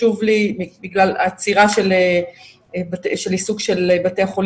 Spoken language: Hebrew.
בגלל העצירה של עיסוק של בתי החולים